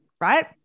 right